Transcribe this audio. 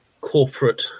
corporate